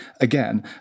again